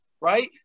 right